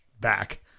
back